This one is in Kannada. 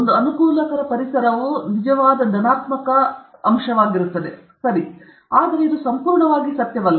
ಒಂದು ಅನುಕೂಲಕರ ಪರಿಸರವು ನಿಜವಾದ ಪ್ಲಸ್ ಸರಿ ಆದರೆ ಇದು ಸಂಪೂರ್ಣವಾಗಿ ಅಗತ್ಯವಿಲ್ಲ